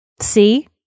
See